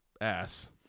ass